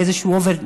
באיזשהו אופן,